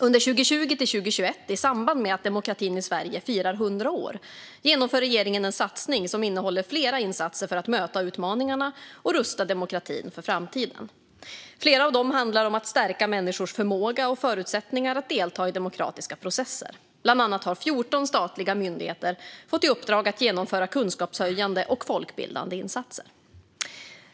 Under 2020-2021, i samband med att demokratin i Sverige firar 100 år, genomför regeringen en satsning som innehåller flera insatser för att möta utmaningarna och rusta demokratin för framtiden. Flera av dem handlar om att stärka människors förmåga och förutsättningar att delta i demokratiska processer. Bland annat har 14 statliga myndigheter fått i uppdrag att genomföra kunskapshöjande och folkbildande insatser.